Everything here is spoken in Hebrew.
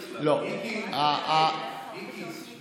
אדוני היושב-ראש?